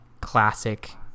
classic